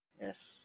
Yes